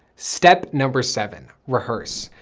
step number seven. rehearse.